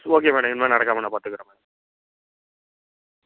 okay madam இனிமே நடக்காம நான் பார்த்துக்குறன் மேம்